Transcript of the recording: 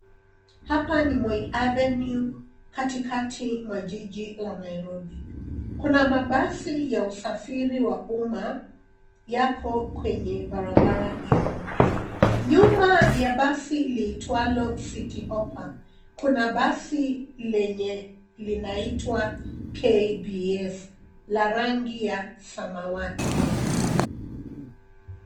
Hapa ni Moi Avenue katikati mwa jiji la Nairobi, kuna mabasi ya usafiri wa umma, yako kwenye barabara hiyo. Nyuma ya basi liitwalo City Hoppa, kuna basi lenye linaitwa KBS, la rangi ya samawati.